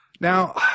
Now